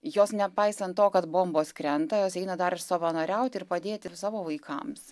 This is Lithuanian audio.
jos nepaisant to kad bombos krenta jos eina dar ir savanoriauti ir padėti ir savo vaikams